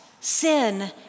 sin